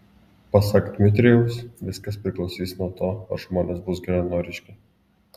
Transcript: pasak dmitrijaus viskas priklausys nuo to ar žmonės bus geranoriški